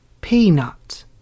peanut